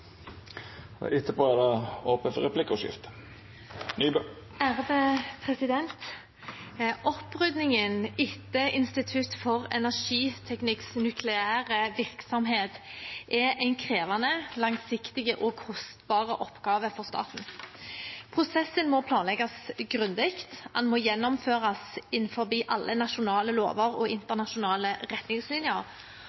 Oppryddingen etter Institutt for energiteknikks nukleære virksomhet er en krevende, langsiktig og kostbar oppgave for staten. Prosessen må planlegges grundig. Den må gjennomføres innenfor alle nasjonale lover og